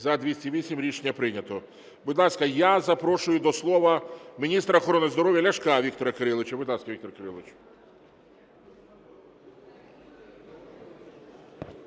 За-208 Рішення прийнято. Будь ласка, я запрошую до слова міністра охорони здоров'я Ляшка Віктора Кириловича. Будь ласка, Віктор Кирилович.